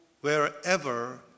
wherever